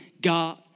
God